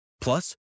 Plus